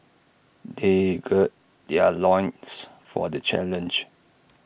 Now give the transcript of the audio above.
they gird their loins for the challenge